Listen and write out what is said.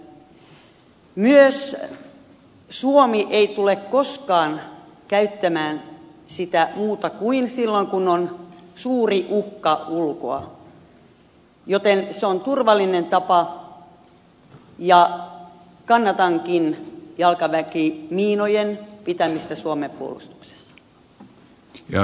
myöskään suomi ei tule koskaan käyttämään sitä muuten kuin silloin kun on suuri uhka ulkoa joten se on turvallinen tapa ja kannatankin jalkaväkimiinojen pitämistä suomen puolustuksessa